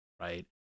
right